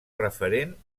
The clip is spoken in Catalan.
referent